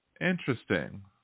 Interesting